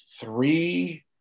three